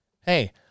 Hey